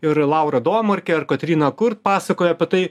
ir laura domarkė ir kotryna kurt pasakojo apie tai